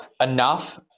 enough